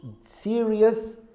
serious